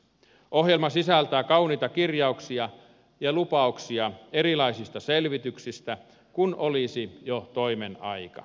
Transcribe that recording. ohjelma sisältää kauniita kirjauksia ja lupauksia erilaisista selvityksistä kun olisi jo toimen aika